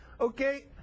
Okay